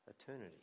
eternity